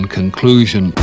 conclusion